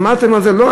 עמדתם על זה: לא,